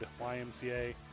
YMCA